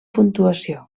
puntuació